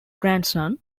grandson